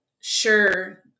sure